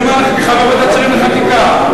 לוועדת השרים לחקיקה,